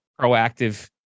proactive